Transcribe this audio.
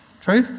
True